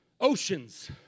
Oceans